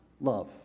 love